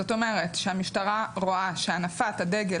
זאת אומרת שהמשטרה רואה שהנפת הדגל